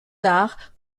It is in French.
tard